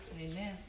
Amen